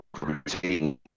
routine